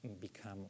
Become